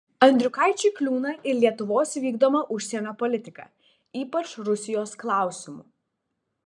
andriukaičiui kliūna ir lietuvos vykdoma užsienio politika ypač rusijos klausimu